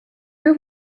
are